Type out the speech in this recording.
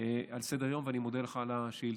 על סדר-היום, ואני מודה לך על השאילתה.